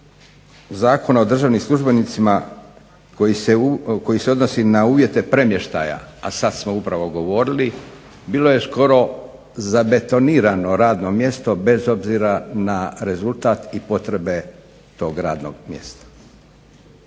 Zakona o državnim službenicima koji se odnosi na uvjete premještaja, a sad smo upravo govorili, bilo je skoro zabetonirano radno mjesto bez obzira na rezultat i potrebe tog radnog mjesta.